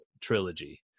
trilogy